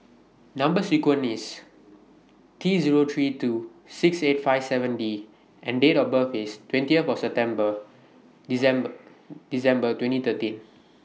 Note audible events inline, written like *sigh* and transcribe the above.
Number sequence IS T Zero three two six eight five seven D and Date of birth IS twentieth September *unintelligible* December twenty thirteen